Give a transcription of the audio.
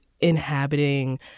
inhabiting